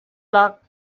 luck